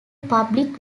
public